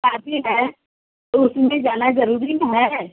शादी है तो उसमें जाना ज़रूरी ना है